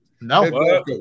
No